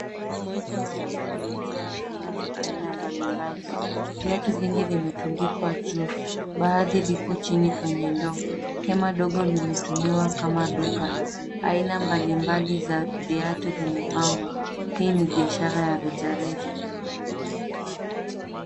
Soko la wazi limejaa viatu aina mbalimbali. Viatu vingi vimetundikwa juu, baadhi viko chini kwenye ndoo. Hema ndogo limetumiwa kama duka. Aina mbalimbali za viatu vimepangwa. Hii ni biashara ya rejareja.